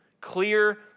clear